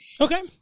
Okay